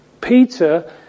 Peter